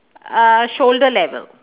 uh shoulder level